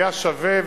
היה שווה,